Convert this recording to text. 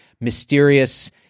mysterious